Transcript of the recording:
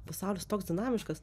pasaulis toks dinamiškas